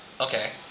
Okay